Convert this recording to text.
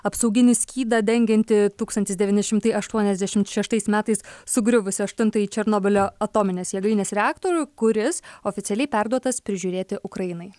apsauginį skydą dengiantį tūkstantis devyni šimtai aštuoniasdešimt šeštais metais sugriuvusį aštuntąjį černobylio atominės jėgainės reaktorių kuris oficialiai perduotas prižiūrėti ukrainai